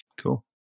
Cool